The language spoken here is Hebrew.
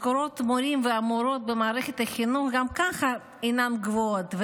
משכורות המורים והמורות במערכת החינוך גם ככה אינן גבוהות,